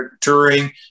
touring